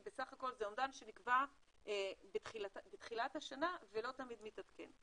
כי בסך הכול זה אומדן שנקבע בתחילת השנה ולא תמיד מתעדכן.